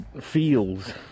feels